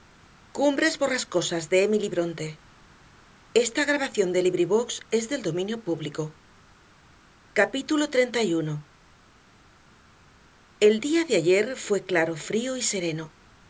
aquí capítulo treinta y uno el día de ayer fue claro frío y sereno